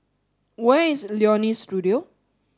where is Leonie Studio